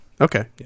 Okay